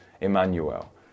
Emmanuel